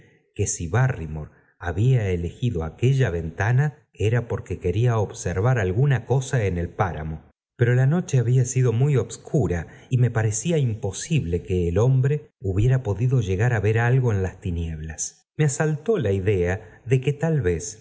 que si barrymore había elegido aquella ventana era porque quería observar alguna cosa en el páramo pero la noche había sido muy obscura y me parecía imposible que el hombro hubiera podido llegar á ver algo en las asaltó la idea de que tal vez